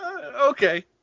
Okay